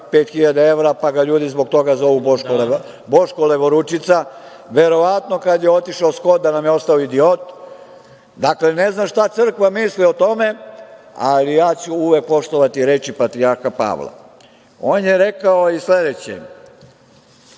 5.000 evra, pa ga ljudi zbog toga zovu Boško levoručica. Verovatno kada je otišao Skot da nam je ostao idiot. Dakle, ne znam šta crkva misli o tome, ali ja ću uvek poštovati reči patrijarha Pavla. On je rekao i sledeće: